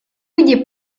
люди